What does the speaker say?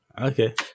Okay